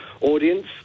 audience